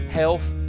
health